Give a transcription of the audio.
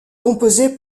composée